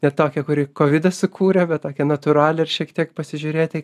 ne tokią kuri kovidas sukūrė tokią natūralią ir šiek tiek pasižiūrėti